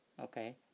okay